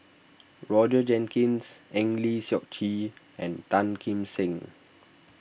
Roger Jenkins Eng Lee Seok Chee and Tan Kim Seng